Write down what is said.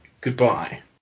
goodbye